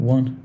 One